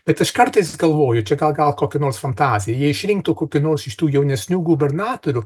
bet aš kartais galvoju čia gal gal kokia nors fantazija jei išrinktų kokį nors iš tų jaunesnių gubernatorių